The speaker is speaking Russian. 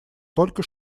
только